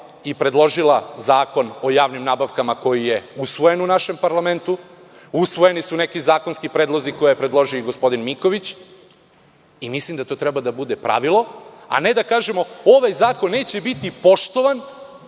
i predložila Zakon o javnim nabavkama, koji je usvojen u našem parlamentu. Usvojeni su neki zakonski predlozi koje je predložio i gospodin Miković. Mislim da to treba da bude pravilo, a ne da kažemo – ovaj zakon neće da bude poštovan